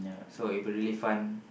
so I'd be really fun